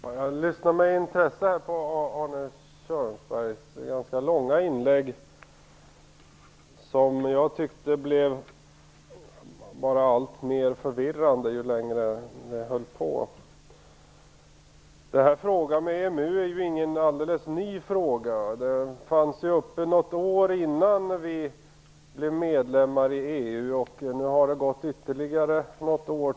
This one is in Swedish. Herr talman! Jag har med intresse lyssnat på Arne Kjörnsbergs ganska långa inlägg, som jag tyckte blev alltmer förvirrande ju längre han talade. Frågan om EMU är ju inte någon alldeles ny fråga. Den var ju uppe något år innan vi blev medlemmar i EU, och nu har det gått ytterligare något år.